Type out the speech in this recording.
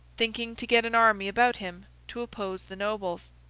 thinking to get an army about him to oppose the nobles.